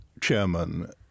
chairman